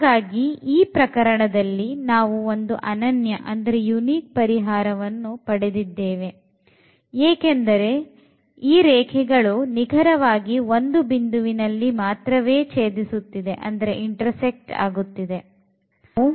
ಹಾಗಾಗಿ ಈ ಪ್ರಕರಣದಲ್ಲಿ ನಾವು ಒಂದು ಅನನ್ಯ ಪರಿಹಾರವನ್ನು ಪಡೆದಿದ್ದೇವೆ ಏಕೆಂದರೆ ರೇಖೆಗಳು ನಿಖರವಾಗಿ ಒಂದು ಬಿಂದುವಿನಲ್ಲಿ ಮಾತ್ರವೇ ಛೇದಿಸುತ್ತದೆ